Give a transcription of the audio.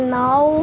now